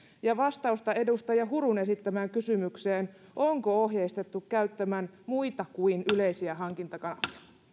ja vastausta edustaja hurun esittämään kysymykseen onko ohjeistettu käyttämään muita kuin yleisiä hankintakanavia